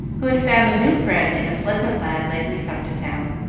who had found a new friend in a pleasant lad lately come to town.